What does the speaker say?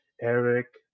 Eric